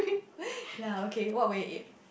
ya okay what would you eat